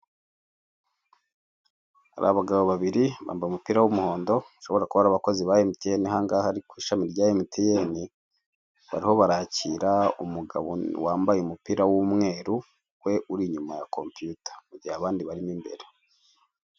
Hari abagabo babiri bambaye umupira w'umuhondo bashobora kuba ari abakozi ba MTN aha ngaha hakaba ari ku ishami rya MTN bariho barakira umugabo wambaye umupira w'umweru, we uri inyuma ya compuyuta mugihe abandi barimo imbere.